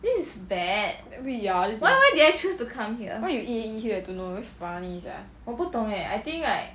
we ya that's why you 硬硬 here I don't know you very funny sia